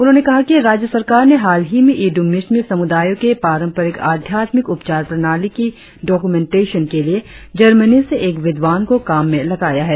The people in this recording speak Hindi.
उन्होंने कहा कि राज्य सरकार ने हालही में इदु मिश्मी समुदायों के पारंपरिक आध्यात्मिक उपचार प्रणाली की डोकुमेन्टेशन के लिए जर्मनी से एक विद्वान को काम में लगाया है